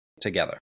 together